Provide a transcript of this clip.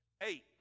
Eight